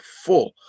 full